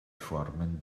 formen